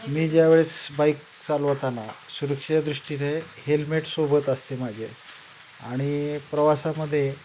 मी ज्यावेळेस बाईक चालवताना सुरक्षेच्या दृष्टीने हेल्मेट सोबत असते माझे आणि प्रवासामध्ये